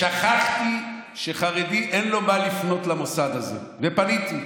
שכחתי שחרדי, אין לו מה לפנות למוסד הזה, ופניתי.